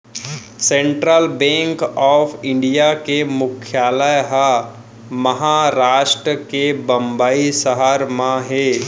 central bank of India के मुख्यालय ह महारास्ट के बंबई सहर म हे